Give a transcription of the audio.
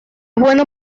bueno